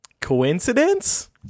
Coincidence